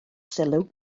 sylw